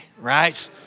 right